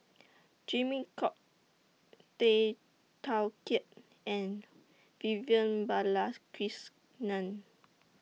Jimmy Chok Tay Teow Kiat and Vivian Balakrishnan